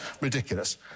Ridiculous